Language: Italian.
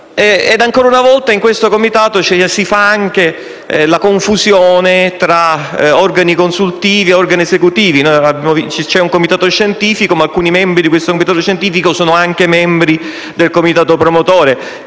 Ancora una volta, in questo comitato si fa anche la confusione tra organi consultivi ed organi esecutivi: c'è un comitato scientifico, ma alcuni suoi membri sono anche componenti del comitato promotore.